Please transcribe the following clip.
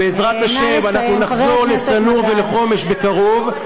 בעזרת השם, אנחנו נחזור לשא-נור ולחומש בקרוב.